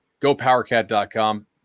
gopowercat.com